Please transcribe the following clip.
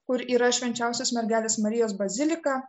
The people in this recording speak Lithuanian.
kur yra švenčiausios mergelės marijos bazilika